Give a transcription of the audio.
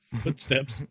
footsteps